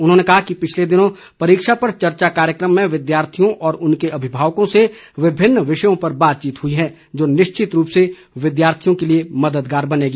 उन्होंने कहा कि पिछले दिनों परीक्षा पर चर्चा कार्यक्रम में विद्यार्थियों और उनके अभिभावकों से विभिन्न विषयों पर बातचीत हुई है जो निश्चित रूप से विद्यार्थियों के लिए मददगार बनेगी